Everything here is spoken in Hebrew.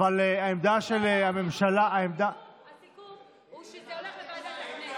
אבל העמדה של הממשלה, אז שזה ילך לוועדת הכנסת.